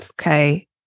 okay